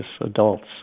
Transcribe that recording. adults